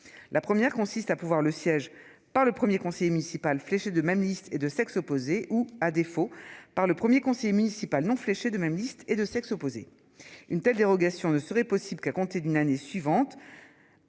La première consiste à pourvoir le siège par le 1er conseiller municipal fléché de même liste et de sexe opposé. Ou à défaut par le 1er conseiller municipal non fléchés de même liste et de sexe opposé. Une telle dérogation ne serait possible qu'à compter de l'année suivante.